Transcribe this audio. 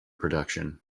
production